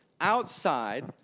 outside